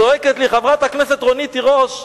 צועקת לי חברת הכנסת רונית תירוש: